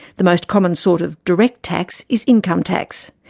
the most common sort of direct tax is income tax.